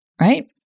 right